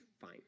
fine